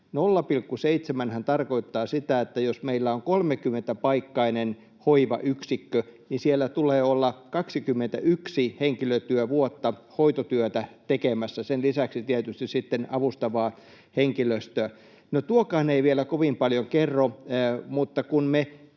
tarkoittaa sitä, että jos meillä on 30-paikkainen hoivayksikkö, siellä tulee olla 21 henkilötyövuotta hoitotyötä tekemässä, sen lisäksi tietysti sitten avustavaa henkilöstöä. No tuokaan ei vielä kovin paljon kerro, mutta kun me